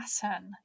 pattern